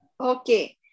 Okay